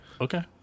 Okay